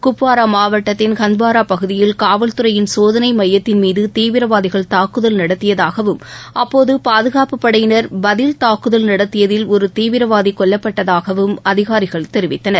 குப்வாரா மாவட்டத்தின் ஹந்த்வாரா பகுதியில் காவல்துறையின் சோதனை மையத்தின் மீது தீவிரவாதிகள் தாக்குதல் நடத்தியதாகவும் அப்போது பாதுகாப்புப் படையினர் பதில் தாக்குதல் நடத்தியதில் ஒரு தீவிரவாதி கொல்லப்பட்டதாகவும் அதிகாரிகள் தெரிவித்தனர்